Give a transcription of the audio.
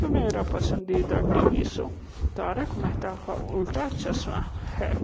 तो मेरा पसंदीदा TV show Taarak Mehta Ka Ooltah Chashmah है